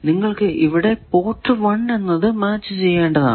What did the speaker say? നിങ്ങൾക്കു ഇവിടെ പോർട്ട് 1 എന്നത് മാച്ച് ചെയ്യേണ്ടതാണ്